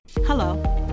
Hello